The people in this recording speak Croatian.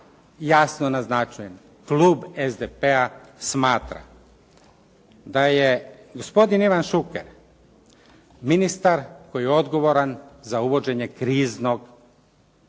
Jasno naznačujem, klub SDP-a smatra da je gospodin Ivan Šuker ministar koji je odgovoran za uvođenje kriznog poreza.